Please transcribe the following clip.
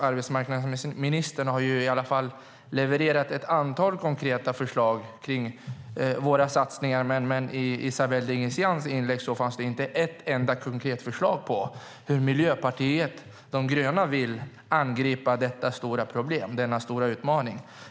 Arbetsmarknadsministern har i alla fall levererat ett antal konkreta förslag på satsningar, men i Esabelle Dingizians inlägg fanns det inte ett enda konkret förslag på hur Miljöpartiet de gröna vill angripa detta stora problem, denna stora utmaning.